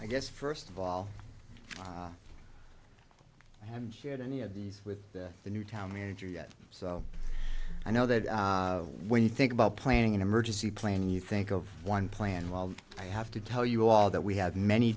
i guess first of all i haven't had any of these with the newtown major yet so i know that when you think about planning an emergency plan you think of one plan well i have to tell you all that we have many